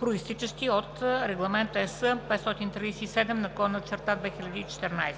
произтичащи от (ЕС) № 537/2014.